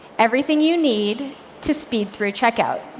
everything you need to speed through checkout.